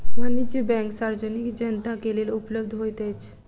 वाणिज्य बैंक सार्वजनिक जनता के लेल उपलब्ध होइत अछि